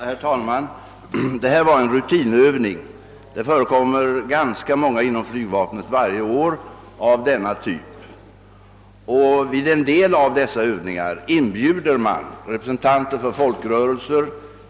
Herr talman! Det här gällde en rutinövning, och det förekommer ganska många sådana inom flygvapnet varje år. Till en del av dessa övningar inbjuds representanter för folkrörelser, t.ex.